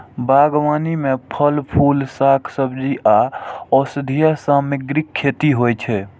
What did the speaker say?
बागबानी मे फल, फूल, शाक, सब्जी आ औषधीय सामग्रीक खेती होइ छै